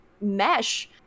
mesh